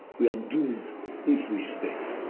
we are doomed if we stay